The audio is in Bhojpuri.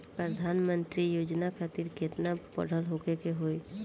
प्रधानमंत्री योजना खातिर केतना पढ़ल होखे के होई?